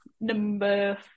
Number